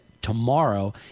tomorrow